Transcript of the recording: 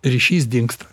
ryšys dingsta